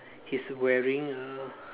he is wearing a